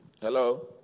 Hello